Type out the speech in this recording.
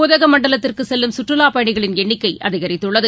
உதகமண்டலத்திற்குசெல்லும் சுற்றுலாப் பயணிகளின் என்ணிக்கைஅதிகரித்துள்ளது